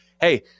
hey